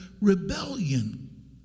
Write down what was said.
rebellion